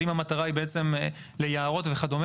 אם המטרה היא להרחיב ליערות וכד',